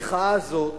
המחאה הזאת